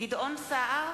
גדעון סער,